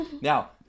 Now